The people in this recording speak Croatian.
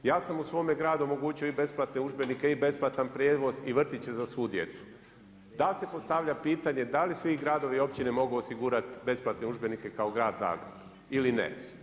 Ja sam u svome gradu omogućio i besplatne udžbenike i besplatan prijevoz i vrtiće za svu djecu, dal se postavlja pitanje da li svi gradovi i općine mogu osigurati besplatne udžbenike kao grad Zagreb ili ne.